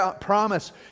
promise